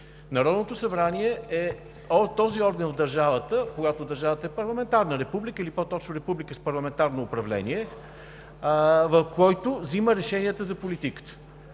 Народното събрание е този орган в държавата, когато държавата е парламентарна република или по-точно република с парламентарно управление, който взима решенията за политиката.